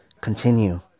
continue